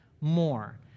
more